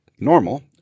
normal